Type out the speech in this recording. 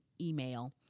email